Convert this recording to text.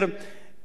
ועל כן,